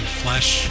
flesh